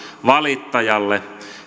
valittajalle